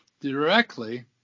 directly